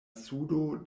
sudo